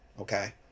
Okay